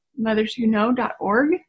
motherswhoknow.org